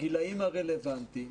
בגילאים הרלוונטיים,